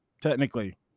Technically